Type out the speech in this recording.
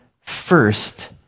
first